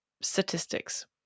statistics